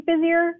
busier